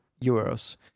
euros